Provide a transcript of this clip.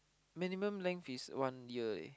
minimum length is one year eh